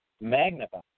magnify